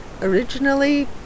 originally